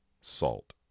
salt